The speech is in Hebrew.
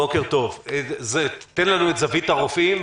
תן לנו את זווית הרופאים,